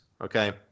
okay